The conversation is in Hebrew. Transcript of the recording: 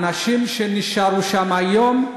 אנשים נשארו שם עד היום,